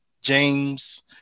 james